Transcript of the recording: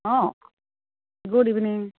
অঁ good evening